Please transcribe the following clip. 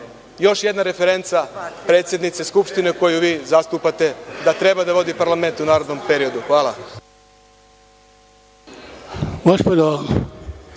još jedna referenca predsednice Skupštine koju vi zastupate da treba da vodi parlament u narednom periodu. Hvala vam.